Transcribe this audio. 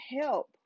help